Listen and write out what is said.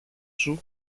σου